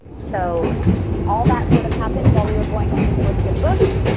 so all that sort of happened while we were going through this list of books.